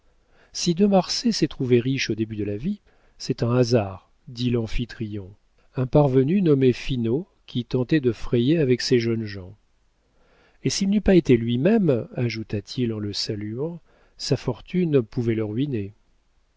si de marsay s'est trouvé riche au début de la vie c'est un hasard dit l'amphitryon un parvenu nommé finot qui tentait de frayer avec ces jeunes gens et s'il n'eût pas été lui-même ajouta-t-il en le saluant sa fortune pouvait le ruiner